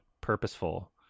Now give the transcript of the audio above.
purposeful